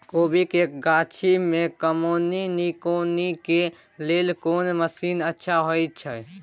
कोबी के गाछी में कमोनी निकौनी के लेल कोन मसीन अच्छा होय छै?